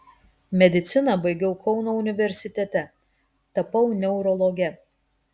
mediciną baigiau kauno universitete tapau neurologe